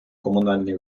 комунальні